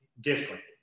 different